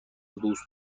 دوست